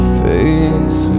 face